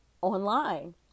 online